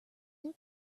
new